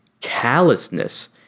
callousness